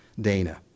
Dana